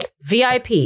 VIP